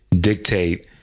dictate